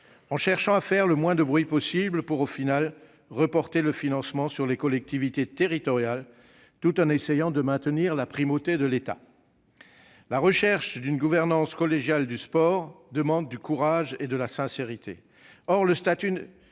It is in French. en cherchant à faire le moins de bruit possible pour, en définitive, reporter le financement sur les collectivités territoriales, tout en essayant de maintenir la primauté de l'État. La recherche d'une gouvernance collégiale du sport demande du courage et de la sincérité. Or le statut